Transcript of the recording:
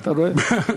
אתה רואה?